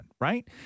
right